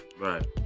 Right